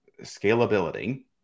scalability